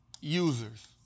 users